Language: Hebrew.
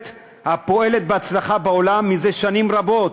הפועלת בהצלחה בעולם זה שנים רבות,